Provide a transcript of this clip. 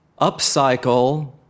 upcycle